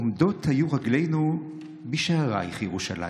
עמדות היו רגלינו בשערייך ירושלם.